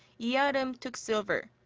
yeah ah-reum took silver.